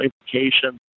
implications